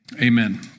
amen